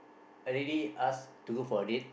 already ask to do for it